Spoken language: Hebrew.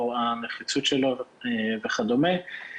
שלום וכמעט צהריים טובים.